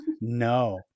No